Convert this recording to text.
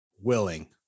willing